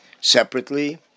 separately